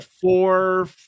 four